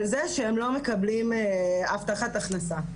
על זה שהם לא מקבלים הבטחת הכנסה.